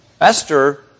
Esther